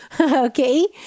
Okay